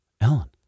Ellen